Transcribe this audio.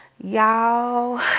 y'all